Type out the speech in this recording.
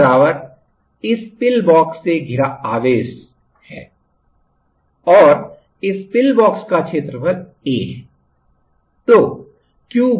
Q इस pillbox से घिरा आवेश charge enclosed और इस पिलबॉक्स का क्षेत्रफल A है